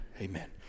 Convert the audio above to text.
Amen